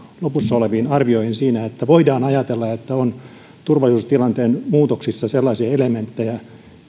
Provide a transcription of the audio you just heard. lopussa oleviin arvioihin siitä että voidaan ajatella että turvallisuustilanteen muutoksissa on sellaisia elementtejä